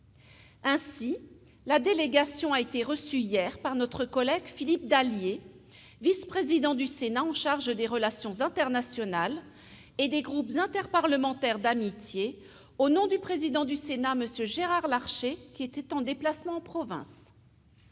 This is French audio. Ainsi, la délégation a été reçue hier par notre collègue Philippe Dallier, vice-président du Sénat en charge des relations internationales et des groupes interparlementaires d'amitié, au nom du président du Sénat, M. Gérard Larcher, qui était en déplacement en province.